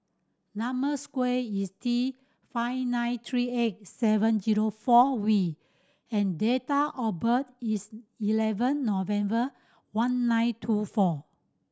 number square is T five nine three eight seven zero four V and date of birth is eleven November one nine two four